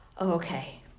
Okay